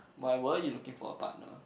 why were you looking for a partner